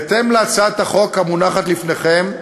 בהתאם להצעת החוק המונחת לפניכם,